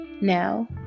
Now